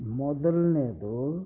ಮೊದಲನೇದು